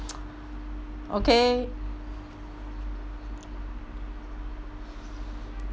okay